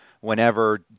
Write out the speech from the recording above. Whenever